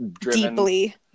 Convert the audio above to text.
deeply